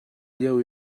lio